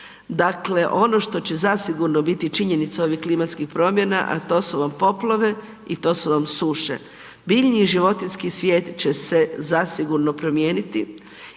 Dakle ono što će zasigurno biti činjenica ovih klimatskih promjena a to su vam poplave i to su vam suše. Biljni i životinjski svijet će se zasigurno promijeniti